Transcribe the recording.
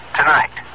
tonight